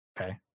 Okay